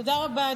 תודה רבה.